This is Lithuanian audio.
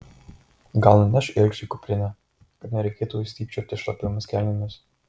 gal nunešk ilgšiui kuprinę kad nereikėtų stypčioti šlapiomis kelnėmis